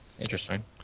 Interesting